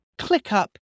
ClickUp